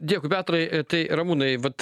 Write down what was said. dėkui petrai tai ramūnai vat